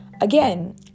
again